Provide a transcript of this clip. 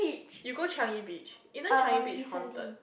you go Changi-Beach isn't Changi-Beach haunted